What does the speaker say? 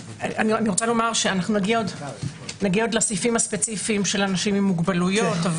נגיע עוד לסעיפים הספציפיים של אנשים עם מוגבלויות,